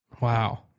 Wow